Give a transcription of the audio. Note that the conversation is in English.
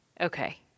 Okay